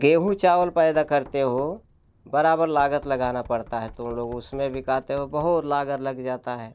गेहूँ चावल पैदा करते हो बराबर लागत लगाना पड़ता है तुम लोग उसमें भी कहते हो बहुत लागत लग जाता है